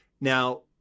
Now